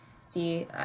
see